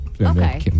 Okay